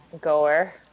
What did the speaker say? goer